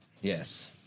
Yes